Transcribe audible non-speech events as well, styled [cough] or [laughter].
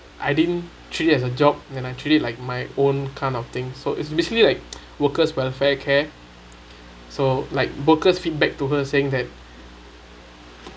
I didn't treat it as a job and I treat it like my own kind of thing so it's basically like [noise] workers welfare care so like workers feedback to her saying that